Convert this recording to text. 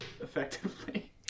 effectively